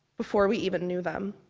before we even knew them.